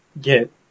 get